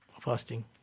fasting